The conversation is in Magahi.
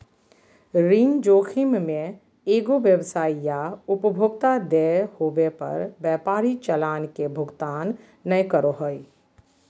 ऋण जोखिम मे एगो व्यवसाय या उपभोक्ता देय होवे पर व्यापारी चालान के भुगतान नय करो हय